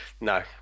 no